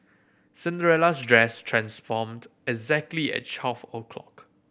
Cinderella's dress transformed exactly at twelve o'clock